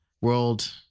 world